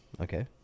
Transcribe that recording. Okay